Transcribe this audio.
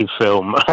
film